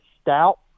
stout